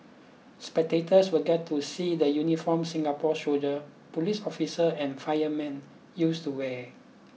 spectators will get to see the uniforms Singapore's soldier police officer and firemen used to wear